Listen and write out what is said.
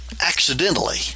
accidentally